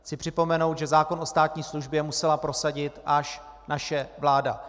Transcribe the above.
Chci připomenout, že zákon o státní službě musela prosadit až naše vláda.